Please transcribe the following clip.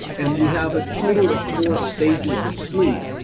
and we have a total of four stages of sleep.